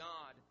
God